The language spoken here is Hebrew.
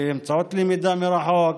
באמצעות למידה מרחוק,